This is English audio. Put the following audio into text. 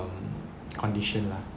condition lah